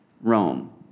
Rome